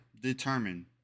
determine